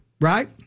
right